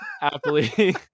happily